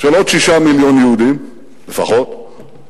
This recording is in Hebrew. של עוד שישה מיליון יהודים, לפחות,